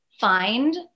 find